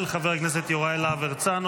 של חבר הכנסת יוראי להב הרצנו.